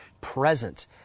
present